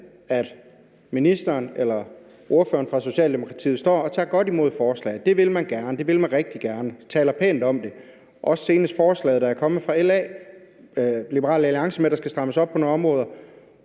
og ser, at ordføreren for Socialdemokratiet står og tager godt imod forslaget – det vil man gerne, det vil man rigtig gerne, man taler pænt om det, og det gælder også det forslag, der senest er kommet fra Liberal Alliance om, at der skal strammes op på nogle områder